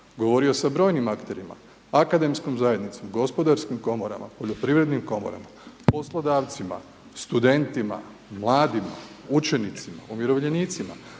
govorio sa brojnim akterima, akademskom zajednicom, gospodarskim komorama, poljoprivrednim komorama, poslodavcima, studentima, mladima, učenicima, umirovljenicima,